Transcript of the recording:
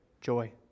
joy